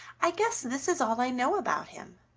i guess this is all i know about him.